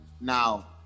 now